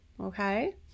Okay